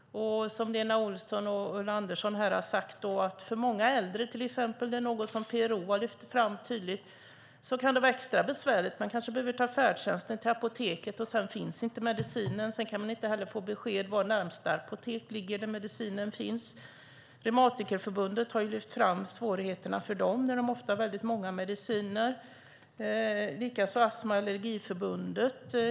Som Lena Olsson och Ulla Andersson har sagt kan det för till exempel många äldre - det är något PRO har lyft fram tydligt - vara extra besvärligt. Man kanske behöver ta färdtjänst till apoteket, och sedan finns inte medicinen och man kan inte heller få besked om var närmaste apotek där medicinen finns ligger. Reumatikerförbundet har lyft fram svårigheterna för dem, och de har ofta väldigt många mediciner. Detsamma gäller Astma och Allergiförbundet.